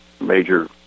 major